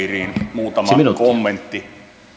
muutama kommentti